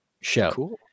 show